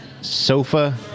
Sofa